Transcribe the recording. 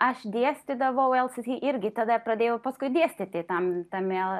aš dėstydavau lsi irgi tada pradėjau paskui dėstyti tam tame